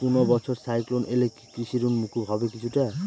কোনো বছর সাইক্লোন এলে কি কৃষি ঋণ মকুব হবে কিছুটা?